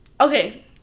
okay